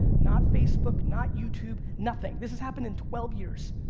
not facebook, not youtube, nothing. this has happened in twelve years,